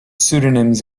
pseudonyms